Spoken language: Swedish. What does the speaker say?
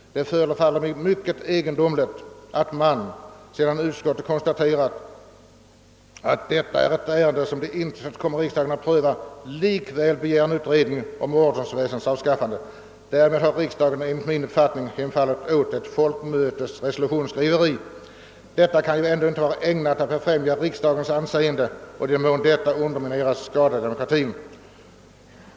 Det förefaller mig mycket egendomligt att man, sedan utskottet konstaterat, att detta är ett ärende, som det inte tillkommer riksdagen att pröva, likväl begär en utredning om ordensväsendets avskaffande. Därmed har riksdagen enligt min uppfattning hemfallit åt ett folkmötes resolutionsskriveri. Detta kan ju ändå inte vara ägnat att befrämja riksdagens anseende, och i den mån detta undermineras skadas demokratin.